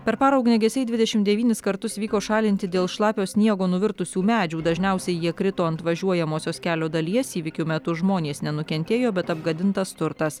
per parą ugniagesiai dvidešimt devynis kartus vyko šalinti dėl šlapio sniego nuvirtusių medžių dažniausiai jie krito ant važiuojamosios kelio dalies įvykių metu žmonės nenukentėjo bet apgadintas turtas